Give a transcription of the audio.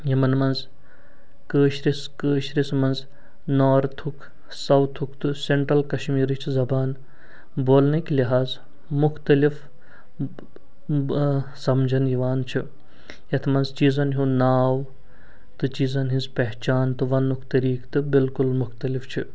یِمَن منٛز کٲشِرِس کٲشِرِس منٛز نارتھُک ساوتھُک تہٕ سینٹرَل کَشمیٖرٕچ زبان بولنٕکۍ لٮ۪حاظ مُختلِف سَمٛجَن یِوان چھِ یَتھ منٛز چیٖزَن ہُنٛد ناو تہٕ چیٖزَن ہٕنٛز پہچھان تہٕ وَنٛنُک طریٖقہٕ تہٕ بِلکُل مُختلِف چھُ